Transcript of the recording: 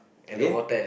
again